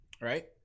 Right